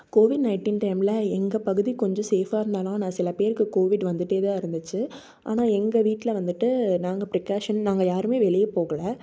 Covid nineteen டைமில் எங்கள் பகுதி கொஞ்சம் சேஃபாக இருந்தாலும் ஆனால் சில பேருக்கு கோவிட் வந்துட்டே தான் இருந்துச்சு ஆனால் எங்கள் வீட்டில் வந்துட்டு நாங்கள் ப்ரிக்காஷன் நாங்கள் யாருமே வெளியே போகலை